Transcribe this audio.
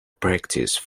practice